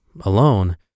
alone